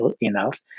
enough